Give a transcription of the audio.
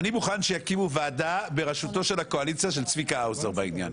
אני מוכן שיקימו ועדה של הקואליציה בראשותו של צביקה האוזר בעניין.